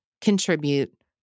contribute